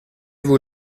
vous